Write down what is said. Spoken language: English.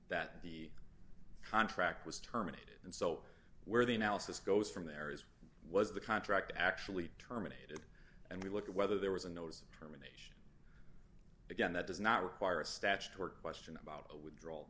that the contract was terminated and so where the analysis goes from there is was the contract actually terminated and we look at whether there was a notice of term and again that does not require a statutory question about a withdrawal